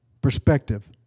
Perspective